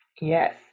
Yes